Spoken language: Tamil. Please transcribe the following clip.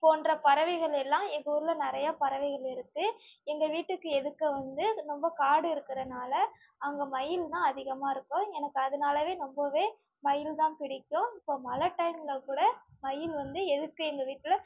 போன்ற பறவைகள் எல்லாம் எங்கள் ஊரில் நிறைய பறவைகள் இருக்குது எங்கள் வீட்டுக்கு எதுர்க்க வந்து ரொம்ப காடு இருக்கறதனால அங்கே மயில் தான் அதிகமாக இருக்கும் எனக்கு அதனாலவே ரொம்போவே மயில் தான் பிடிக்கும் இப்போது மழை டைமில் கூட மயில் வந்து எதுர்க்க எங்கள் வீட்டில்